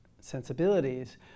sensibilities